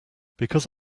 because